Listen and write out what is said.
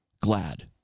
glad